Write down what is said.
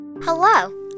Hello